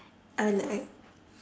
I like